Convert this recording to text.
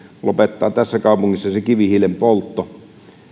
lopettaa tässä kaupungissa se kivihiilen poltto